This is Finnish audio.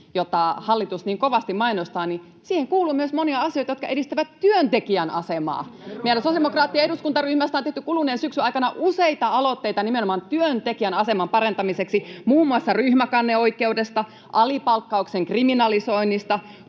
jota hallitus niin kovasti mainostaa, kuuluu myös monia asioita, jotka edistävät työntekijän asemaa. [Mauri Peltokankaan välihuuto] Meidän sosiaalidemokraattien eduskuntaryhmästä on tehty kuluneen syksyn aikana useita aloitteita nimenomaan työntekijän aseman parantamiseksi, muun muassa ryhmäkanneoikeudesta, alipalkkauksen kriminalisoinnista,